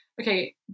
okay